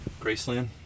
Graceland